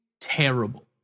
terrible